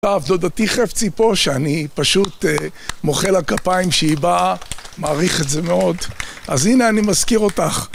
עכשיו, דודתי חפצי פה, שאני פשוט מוחא לה כפיים, שהיא באה, מעריך את זה מאוד. אז הנה אני מזכיר אותך.